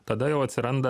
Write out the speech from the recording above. tada jau atsiranda